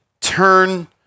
turn